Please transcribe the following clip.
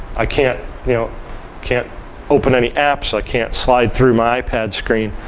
i can't you know can't open any apps, i can't slide through my ipad screen.